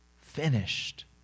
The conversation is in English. finished